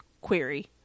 query